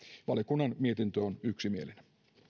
valiokunnan mietintö on yksimielinen